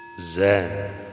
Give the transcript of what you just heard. Zen